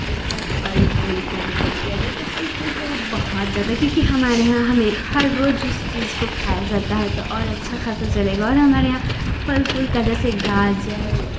उसके बाद फल फूल का भी कर दिया जाए तो फल फूल तो बोहौत ज्यादा क्योंकि हमारे यहाँ हमें हर रोज उस चीज को खाया जाता है तो और अच्छा खासा चलेगा और हमारे यहाँ फल फूल का जैसे गाजर